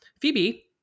Phoebe